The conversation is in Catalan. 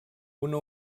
una